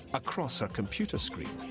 across her computer screen.